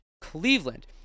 Cleveland